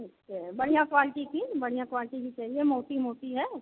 ठीक है बढ़िया क्वालटी की बढ़िया क्वालटी की चाहिए मोटी मोटी है